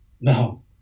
No